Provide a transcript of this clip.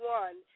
one